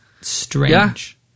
strange